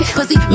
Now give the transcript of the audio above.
Pussy